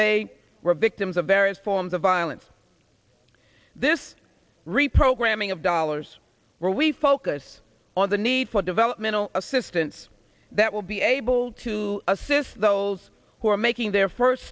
they were victims of various forms of violence this reprogramming of dollars were we focus on the need for developmental assistance that will be able to assist those who are making their first